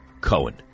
Cohen